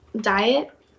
diet